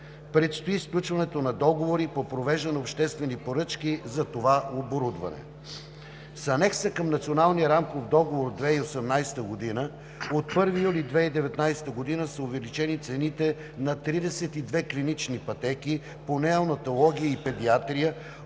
Предстои сключването на договори по провеждане на обществени поръчки за това оборудване. С Анекса към Националния рамков договор от 2018 г., от 1 юли 2019 г. са увеличени цените на 32 клинични пътеки по неонатология и педиатрия